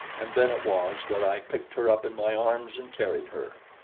and then it was that i picked her up in my arms and carried her.